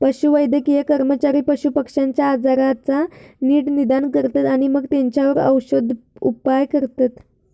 पशुवैद्यकीय कर्मचारी पशुपक्ष्यांच्या आजाराचा नीट निदान करतत आणि मगे तेंच्यावर औषदउपाय करतत